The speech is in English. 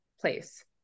place